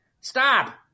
Stop